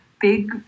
big